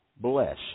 bless